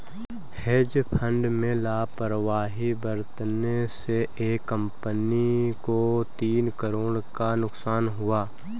hedge fund में लापरवाही बरतने से एक कंपनी को तीन करोड़ का नुकसान हुआ